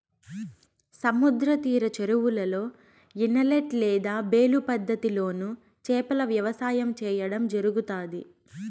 సముద్ర తీర చెరువులలో, ఇనలేట్ లేదా బేలు పద్ధతి లోను చేపల వ్యవసాయం సేయడం జరుగుతాది